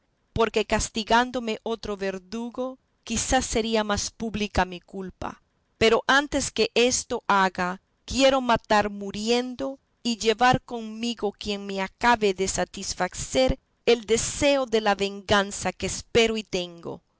porque castigándome otro verdugo quizá sería más pública mi culpa pero antes que esto haga quiero matar muriendo y llevar conmigo quien me acabe de satisfacer el deseo de la venganza que espero y tengo